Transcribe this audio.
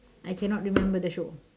I cannot remember the show